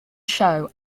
show